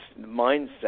mindset